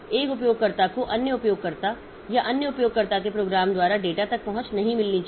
एक उपयोगकर्ता को अन्य उपयोगकर्ता या अन्य उपयोगकर्ता के प्रोग्राम द्वारा डेटा तक पहुंच नहीं मिलनी चाहिए